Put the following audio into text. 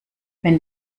wenn